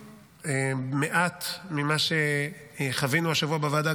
מעט ממה שחווינו השבוע בוועדה,